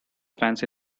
fancy